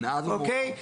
אוקיי?